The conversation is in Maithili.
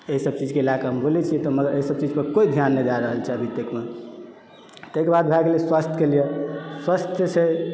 एहि सभ चीज के लय कऽ हम बोलै छियै तऽ मगर एहि सभ चीज पर कोइ ध्यान नइ दय रहल छै अभी ताहि दुआरे भए गेलै स्वास्थ कऽ लियऽ स्वस्थ छै